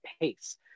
pace